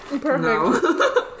Perfect